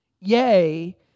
yea